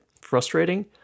frustrating